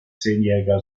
zehnjähriger